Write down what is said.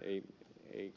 ei